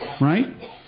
Right